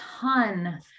ton